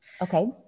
Okay